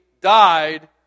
died